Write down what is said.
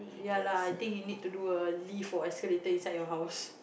ya lah I think he need to do a lift or escalator inside your house